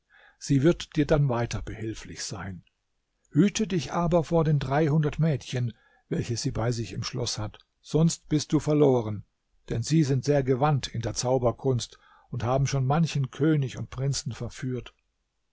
sie wird dir dann weiter behilflich sein hüte dich aber vor den dreihundert mädchen welche sie bei sich im schloß hat sonst bist du verloren denn sie sind sehr gewandt in der zauberkunst und haben schon manchen könig und prinzen verführt